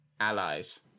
Allies